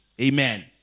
Amen